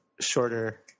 shorter